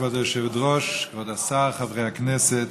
כבוד היושבת-ראש, כבוד השר, חברי הכנסת,